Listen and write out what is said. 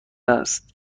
است